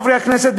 חברי הכנסת,